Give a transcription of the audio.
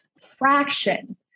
fraction